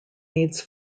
needs